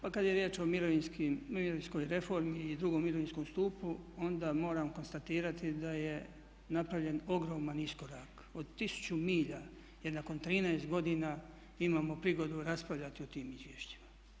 Pa kad je riječ o mirovinskoj reformi i drugom mirovinskom stupu onda moram konstatirati da je napravljen ogroman iskorak od 1000 milja jer nakon 13 godina imamo prigodu raspravljati o tim izvješćima.